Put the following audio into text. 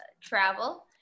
travel